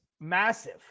massive